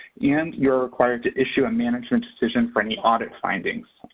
and you're required to issue a management decision for any audit findings,